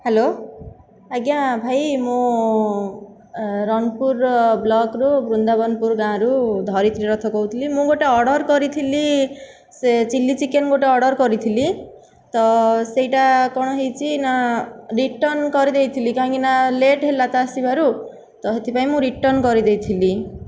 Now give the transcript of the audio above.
hello ଆଜ୍ଞା ଭାଇ ମୁଁ ରଣପୁରର ବ୍ଲକ୍ରୁ ବୃନ୍ଦାବନପୁର ଗାଁରୁ ଧରିତ୍ରୀ ରଥ କହୁଥିଲି ମୁଁ ଗୋଟେ ଅର୍ଡ଼ର୍ କରିଥିଲି ସେ ଚିଲ୍ଲୀ ଚିକେନ୍ ଗୋଟେ ଅର୍ଡ଼ର୍ କରିଥିଲି ତ ସେଇଟା କ'ଣ ହେଇଛି ନା ରିଟର୍ନ କରି ଦେଇଥିଲି କାହିଁକିନା ଲେଟ୍ ହେଲା ତ ଆସିବାରୁ ତ ସେଥିପାଇଁ ମୁଁ ରିଟର୍ନ କରି ଦେଇଥିଲି